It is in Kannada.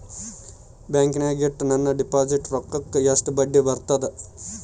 ಬ್ಯಾಂಕಿನಾಗ ಇಟ್ಟ ನನ್ನ ಡಿಪಾಸಿಟ್ ರೊಕ್ಕಕ್ಕ ಎಷ್ಟು ಬಡ್ಡಿ ಬರ್ತದ?